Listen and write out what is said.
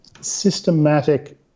systematic